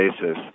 basis